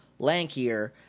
lankier